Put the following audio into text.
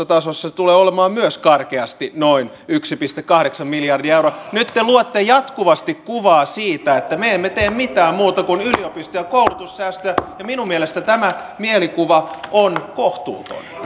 tasossa se tulee olemaan myös karkeasti noin yksi pilkku kahdeksan miljardia euroa nyt te luotte jatkuvasti kuvaa siitä että me emme tee mitään muuta kuin yliopisto ja koulutussäästöjä ja minun mielestäni tämä mielikuva on kohtuuton